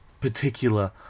particular